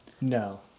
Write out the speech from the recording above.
No